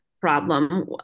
problem